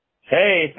Hey